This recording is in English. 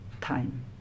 time